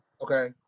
okay